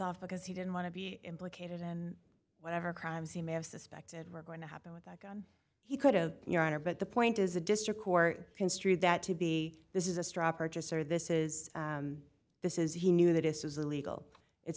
because he didn't want to be implicated in whatever crimes he may have suspected were going to happen with that he could have your honor but the point is a district court construed that to be this is a straw purchase or this is this is he knew that this was illegal it's